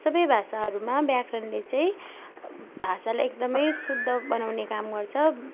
सबै भाषाहरूमा व्याकरणले चाहिँ भाषालाई एकदमै शुद्ध बनाउने काम गर्छ